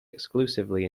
exclusively